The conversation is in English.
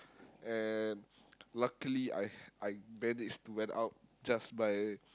and luckily I I managed to went out just by